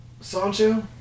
Sancho